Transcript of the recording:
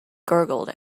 gurgled